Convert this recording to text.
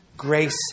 Grace